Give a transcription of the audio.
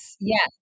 yes